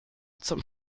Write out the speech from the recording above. zum